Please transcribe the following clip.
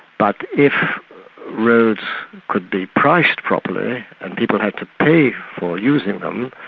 but if roads could be priced properly, and people had to pay for using them,